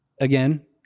again